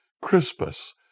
Crispus